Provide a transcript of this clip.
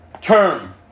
term